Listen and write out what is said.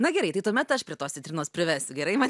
na gerai tai tuomet aš prie tos citrinos privesiu gerai man